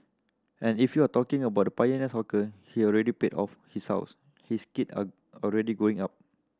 and if you're talking about the pioneer hawker he already paid off his house his kid are already grown up